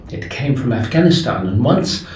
it came from afghanistan and once,